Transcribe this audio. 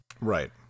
Right